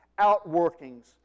outworkings